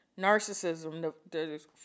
narcissism